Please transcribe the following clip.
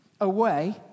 away